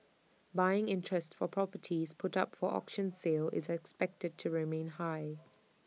buying interest for properties put up for auction sale is expected to remain high